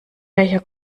welcher